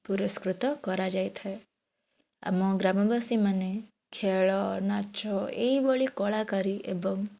ପୁରସ୍କୃତ କରାଯାଇଥାଏ ଆମ ଗ୍ରାମବାସୀମାନେ ଖେଳ ନାଚ ଏଇଭଳି କଳାକାରୀ ଏବଂ